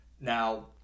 Now